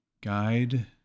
guide